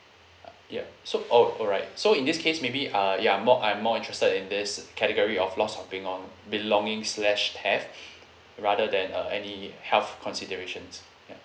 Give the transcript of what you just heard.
uh yup so oh alright so in this case maybe uh ya more I'm more interested in this category of loss of belong~ belongings slash theft rather than uh any health considerations ya